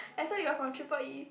I thought you're from triple E